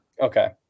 Okay